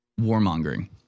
warmongering